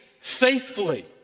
faithfully